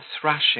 thrashing